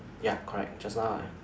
ya correct just now I